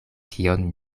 kion